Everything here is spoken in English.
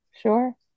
sure